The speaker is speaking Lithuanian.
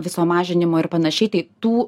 viso mažinimo ir panašiai tai tų